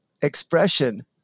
expression